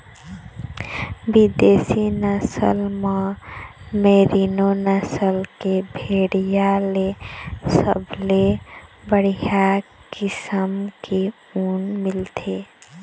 बिदेशी नसल म मेरीनो नसल के भेड़िया ले सबले बड़िहा किसम के ऊन मिलथे